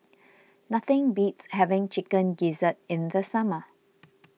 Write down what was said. nothing beats having Chicken Gizzard in the summer